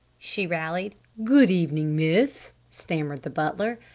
she rallied. good evening, miss! stammered the butler.